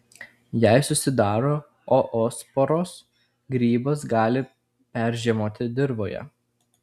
jei susidaro oosporos grybas gali peržiemoti dirvoje